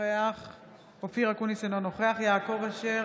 נוכח אופיר אקוניס, אינו נוכח יעקב אשר,